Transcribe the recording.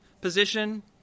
position